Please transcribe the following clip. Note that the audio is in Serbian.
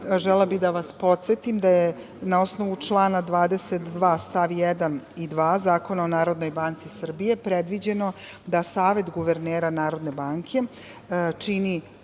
želela bih da vas podsetim da je na osnovu člana 22. stav 1. i 2. Zakona o Narodnoj banci Srbije predviđeno da Savet guvernera NBS čini